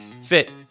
fit